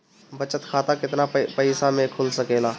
बचत खाता केतना पइसा मे खुल सकेला?